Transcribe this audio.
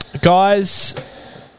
Guys